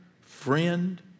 friend